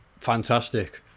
fantastic